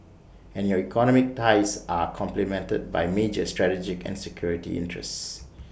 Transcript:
and your economic ties are complemented by major strategic and security interests